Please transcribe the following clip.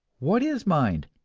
what is mind?